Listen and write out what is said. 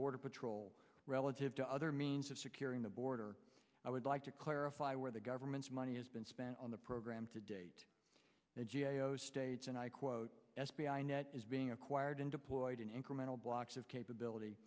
border patrol relative to other means of securing the border i would like to clarify where the government's money has been spent on the program to date the g a o states and i quote f b i net is being acquired and deployed in incremental blocks of capability